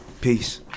Peace